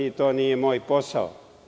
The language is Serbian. To nije moj posao.